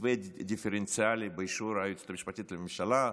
מתווה דיפרנציאלי באישור היועצת המשפטית לממשלה,